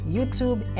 YouTube